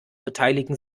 beteiligen